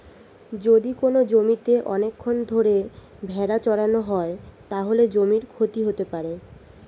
যদি কোনো জমিতে অনেকক্ষণ ধরে ভেড়া চড়ানো হয়, তাহলে জমির ক্ষতি হতে পারে